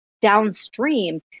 downstream